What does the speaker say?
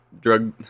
drug